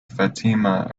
fatima